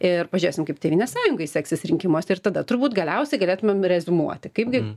ir pažiūrėsim kaip tėvynės sąjungai seksis rinkimuose ir tada turbūt galiausiai galėtumėm reziumuoti kaipgi